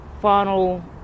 final